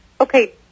Okay